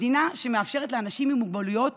מדינה שמאפשרת לאנשים עם מוגבלויות